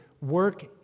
work